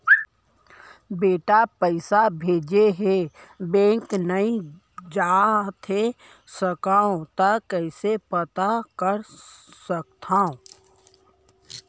बेटा पइसा भेजे हे, बैंक नई जाथे सकंव त कइसे पता कर सकथव?